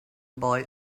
boy